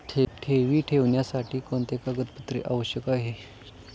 ठेवी ठेवण्यासाठी कोणते कागदपत्रे आवश्यक आहे?